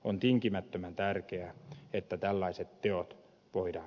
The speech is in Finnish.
on tinkimättömän tärkeää että tällaiset teot voida